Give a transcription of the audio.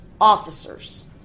officers